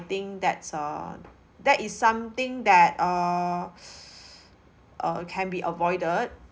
think that's a that is something that err uh can be avoided